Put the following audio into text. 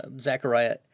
Zechariah